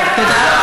תודה.